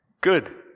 Good